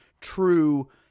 true